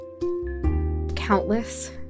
countless